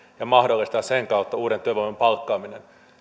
ja mahdollistetaan sen kautta uuden työvoiman palkkaaminen